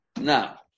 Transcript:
Now